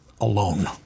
Alone